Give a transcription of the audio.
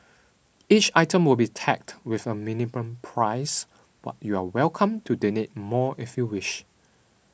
each item will be tagged with a minimum price but you're welcome to donate more if you wish